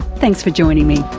thanks for joining me